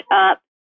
up